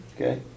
Okay